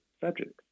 subjects